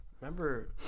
Remember